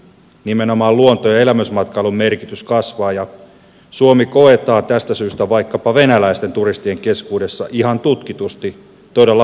nimenomaan luonto ja elämysmatkailun merkitys kasvaa ja suomi koetaan tästä syystä vaikkapa venäläisten turistien keskuudessa ihan tutkitusti todella vetovoimaiseksi maaksi